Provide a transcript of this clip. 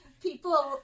people